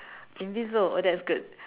invisible oh that's good